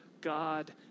God